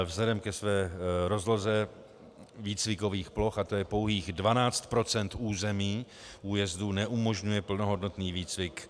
Vzhledem ke své rozloze výcvikových ploch, a to je pouhých 12 % území újezdu, neumožňuje plnohodnotný výcvik.